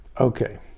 Okay